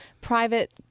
private